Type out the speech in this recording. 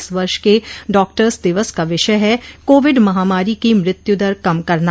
इस वर्ष के डॉक्टर्स दिवस का विषय है कोविड महामारी की मृत्यु दर कम करना